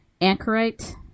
anchorite